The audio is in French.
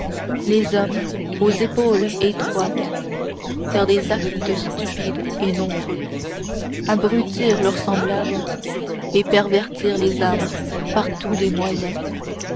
les hommes aux épaules étroites faire des actes stupides et nombreux abrutir leurs semblables et pervertir les âmes par tous les moyens